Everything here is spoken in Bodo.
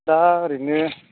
दा ओरैनो